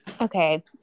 Okay